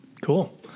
Cool